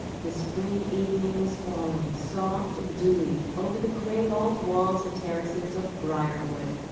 the spring evening was falling, soft and dewy, over the gray old walls and terraces of briarwood.